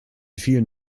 vielen